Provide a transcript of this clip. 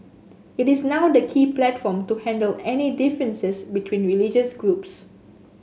it is now the key platform to handle any differences between religious groups